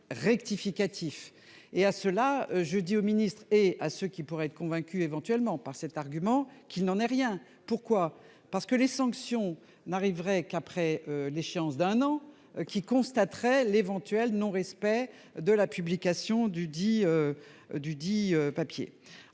et à ceux-là je dis au ministre et à ce qui pourrait être convaincu éventuellement par cet argument, qui n'en est rien. Pourquoi, parce que les sanctions n'arriverait qu'après l'échéance d'un an qui constateraient l'éventuel non-, respect de la publication du 10.